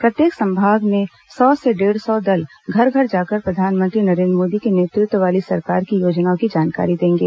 प्रत्येक संभाग में सौ से डेढ़ सौ दल घर घर जाकर प्रधानमंत्री नरेन्द्र मोदी के नेतृत्व वाली सरकार की योजनाओं की जानकारी देंगे